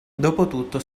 dopotutto